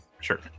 sure